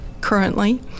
currently